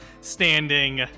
standing